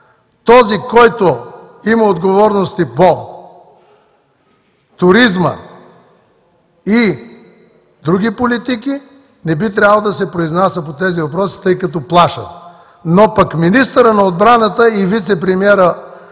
Този, който има отговорности по туризма и други политики, не би трябвало да се произнася по тези въпроси, тъй като плашат, но пък министърът на отбраната и вицепремиер